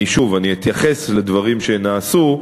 שוב, אני אתייחס לדברים שנעשו,